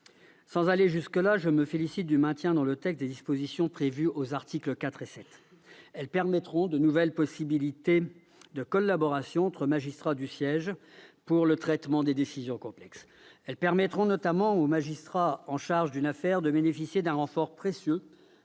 Sans aller jusque-là, je me félicite du maintien dans le texte des dispositions prévues aux articles 4 et 7. Elles créeront de nouvelles possibilités de collaboration entre magistrats du siège pour le traitement des décisions complexes. Elles permettront notamment au magistrat chargé d'une affaire de bénéficier d'un renfort précieux